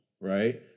right